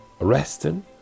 arresting